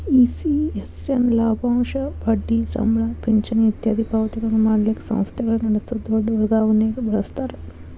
ECS ನ ಲಾಭಾಂಶ, ಬಡ್ಡಿ, ಸಂಬಳ, ಪಿಂಚಣಿ ಇತ್ಯಾದಿ ಪಾವತಿಗಳನ್ನ ಮಾಡಲಿಕ್ಕ ಸಂಸ್ಥೆಗಳ ನಡಸೊ ದೊಡ್ ವರ್ಗಾವಣಿಗೆ ಬಳಸ್ತಾರ